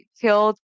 killed